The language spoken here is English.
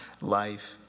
life